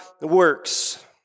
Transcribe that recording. works